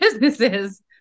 businesses